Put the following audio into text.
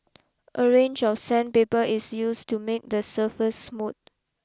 a range of sandpaper is used to make the surface smooth